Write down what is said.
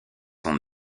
sont